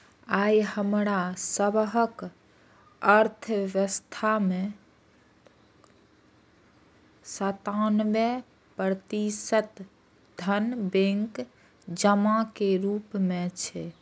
आइ हमरा सभक अर्थव्यवस्था मे सत्तानबे प्रतिशत धन बैंक जमा के रूप मे छै